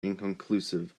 inconclusive